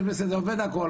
הכול עובד.